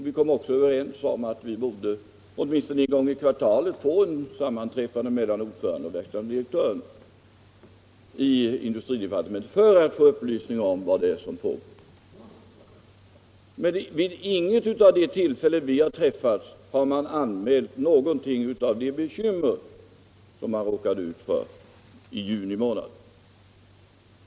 Vi kom överens om att vi borde träffas en gång i kvartalet för att få en upplysning om vad som pågår, men vid inget av de tillfällen vi har träffats har man anmält någonting av de bekymmer man råkade ut för i juni månad.